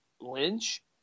Lynch